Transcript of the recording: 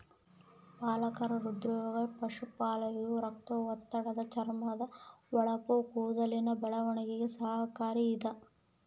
ಪಾಲಕ ಹೃದ್ರೋಗ ಪಾರ್ಶ್ವವಾಯು ರಕ್ತದೊತ್ತಡ ಚರ್ಮದ ಹೊಳಪು ಕೂದಲಿನ ಬೆಳವಣಿಗೆಗೆ ಸಹಕಾರಿ ಇದ